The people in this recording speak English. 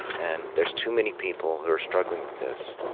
and there's too many people who are struggling with this.